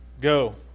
go